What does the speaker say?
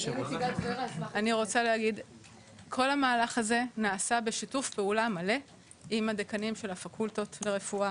כל המהלך הזה נעשה בשיתוף פעולה מלא עם הדיקנים של הפקולטות לרפואה,